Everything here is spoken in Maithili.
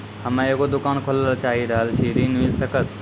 हम्मे एगो दुकान खोले ला चाही रहल छी ऋण मिल सकत?